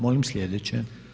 Molim sljedeće.